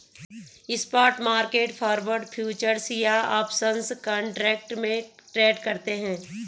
spot market forward, futures या options contract में trade करते हैं